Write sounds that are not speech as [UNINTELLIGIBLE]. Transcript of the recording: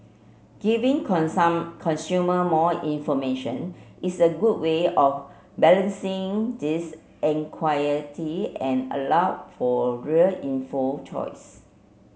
giving [UNINTELLIGIBLE] consumer more information is a good way of balancing this [UNINTELLIGIBLE] and allow for real inform choice